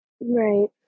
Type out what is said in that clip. right